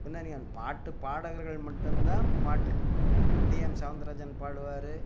பின்னணி அன் பாட்டுப் பாடகர்கள் மட்டுந்தான் பாட்டு டிஎம் சௌந்தராஜன் பாடுவார்